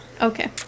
Okay